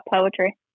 poetry